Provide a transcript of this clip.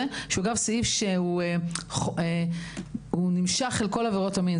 שהוא אגב סעיף שהוא נמשך אל כל עבירות המין.